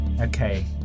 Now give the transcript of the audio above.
okay